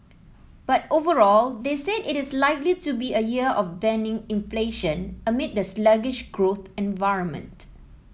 but overall they said it is likely to be a year of benign inflation amid the sluggish growth environment